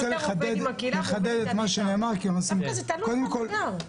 קודם כול,